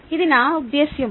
ఇది నా ఉద్దేశ్యం